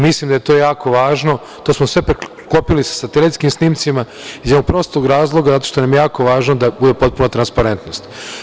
Mislim da je to jako važno, to smo sve preklopili sa satelitskim snimcima, iz jednog prostog razloga zato što nam je jako važno da bude potpuna transparentnost.